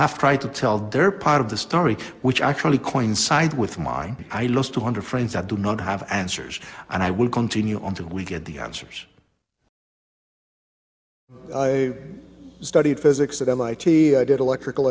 have tried to tell their part of the story which actually coin side with mine i lost two hundred friends that do not have answers and i will continue until we get the answers studied physics at mit i did electrical